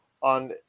on